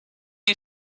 you